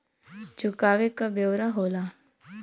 चुकावे क ब्योरा होला